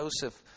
Joseph